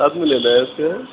کب ملے